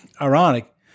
ironic